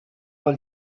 pel